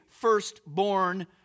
firstborn